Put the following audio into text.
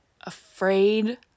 afraid